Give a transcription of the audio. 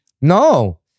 No